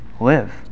live